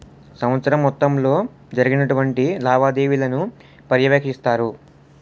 సంవత్సరం మొత్తంలో జరిగినటువంటి లావాదేవీలను పర్యవేక్షిస్తారు